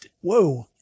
Whoa